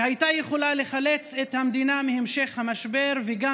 שהייתה יכולה לחלץ את המדינה מהמשך המשבר וגם